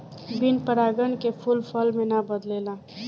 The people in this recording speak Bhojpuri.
बिन परागन के फूल फल मे ना बदलेला